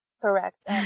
Correct